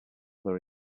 their